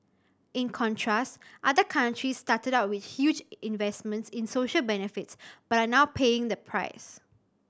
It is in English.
in contrast other countries started out with huge investments in social benefits but are now paying the price